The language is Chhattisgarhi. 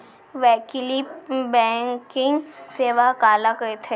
वैकल्पिक बैंकिंग सेवा काला कहिथे?